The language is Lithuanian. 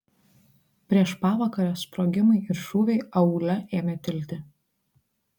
prieš pavakarę sprogimai ir šūviai aūle ėmė tilti